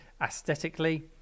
Aesthetically